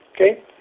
Okay